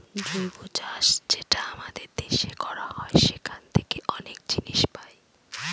জৈব চাষ যেটা আমাদের দেশে করা হয় সেখান থাকে অনেক জিনিস পাই